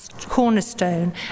cornerstone